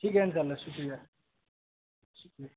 ٹھیک ہے انشاء اللہ شکریہ شکریہ